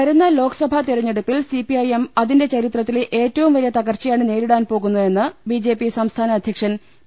വരുന്ന ലോക്സഭാ തിരഞ്ഞെടുപ്പിൽ സിപിഐഎം അതിന്റെ ചരി ത്രത്തിലെ ഏറ്റവും വലിയ തകർച്ചയാണ് നേരിടാൻ പോകുന്നതെന്ന് ബിജെപി സംസ്ഥാന അധൃക്ഷൻ പി